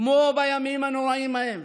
כמו בימים הנוראים ההם